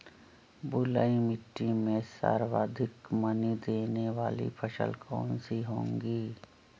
बलुई मिट्टी में सर्वाधिक मनी देने वाली फसल कौन सी होंगी?